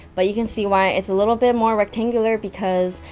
but you can see why it's a little bit more rectangular because,